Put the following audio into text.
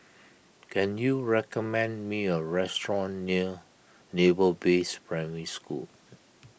can you recommend me a restaurant near Naval Base Primary School